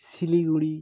Siliguri